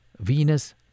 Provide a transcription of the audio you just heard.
Venus